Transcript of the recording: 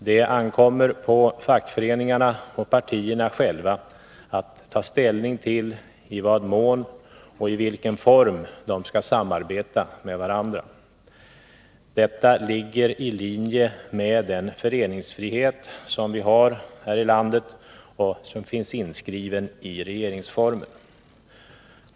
Det ankommer på fackföreningarna och partierna själva att ta ställning till i vad mån och i vilken form de skall samarbeta med varandra. Detta ligger i linje med den föreningsfrihet som vi har här i landet och som finns inskriven i regeringsformen.